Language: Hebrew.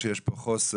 שיש פה חוסר.